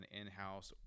in-house